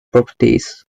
properties